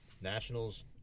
Nationals